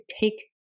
take